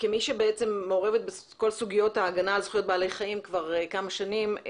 כמי שמעורבת בכל סוגיית ההגנה על בעלי החיים כבר כמה שנים,